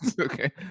okay